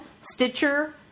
Stitcher